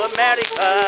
America